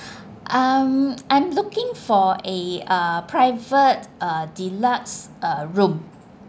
um I'm looking for a uh private uh deluxe uh room